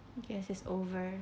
I guess it's over